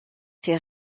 fait